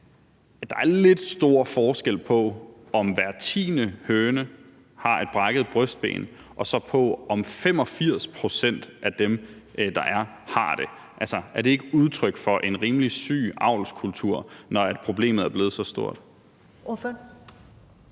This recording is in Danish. der er ret stor forskel på, om hver tiende høne har et brækket brystben, og om 85 pct. har det? Er det ikke udtryk for en rimelig syg avlskultur, når problemet er blevet så stort?